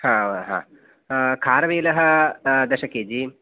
हा हा खारवेलः दश केजि